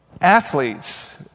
Athletes